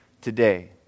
today